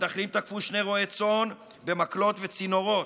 מתנחלים תקפו שני רועי צאן במקלות וצינורות,